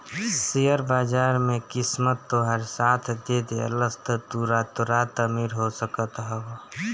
share बाजार में किस्मत तोहार साथ दे देहलस तअ तू रातो रात अमीर हो सकत हवअ